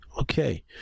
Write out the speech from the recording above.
Okay